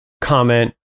comment